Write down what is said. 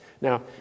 Now